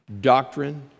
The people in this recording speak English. Doctrine